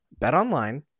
BetOnline